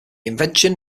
invention